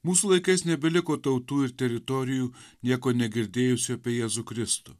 mūsų laikais nebeliko tautų ir teritorijų nieko negirdėjusių apie jėzų kristų